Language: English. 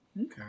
Okay